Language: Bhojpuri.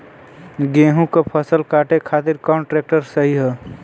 गेहूँक फसल कांटे खातिर कौन ट्रैक्टर सही ह?